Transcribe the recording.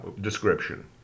description